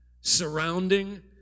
surrounding